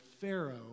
Pharaoh